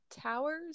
towers